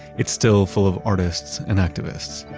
it's still full of artists and activists.